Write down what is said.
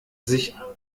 sich